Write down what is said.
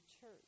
church